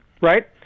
right